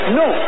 no